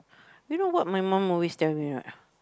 you know what my mum always tell me right